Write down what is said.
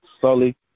Sully